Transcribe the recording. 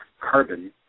carbon